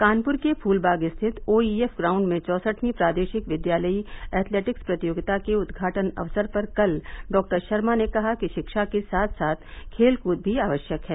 कानपुर के फूलबाग स्थित OEF ground में चौसठवीं प्रादेशिक विद्यालयीय एथलेटिक्स प्रतियोगिता के उद्घाटन अवसर पर कल डॉक्टर शर्मा ने कहा कि शिक्षा के साथ साथ खेलकूद भी आवश्यक है